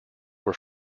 were